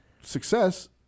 success